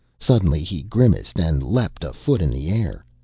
suddenly he grimaced and leaped a foot in the air.